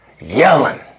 yelling